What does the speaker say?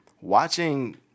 Watching